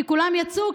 כולם יצאו,